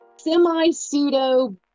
semi-pseudo